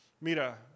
Mira